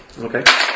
Okay